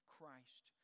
Christ